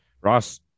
Ross